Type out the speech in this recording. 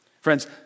Friends